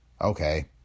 Okay